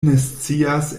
nescias